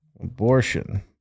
Abortion